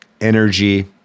energy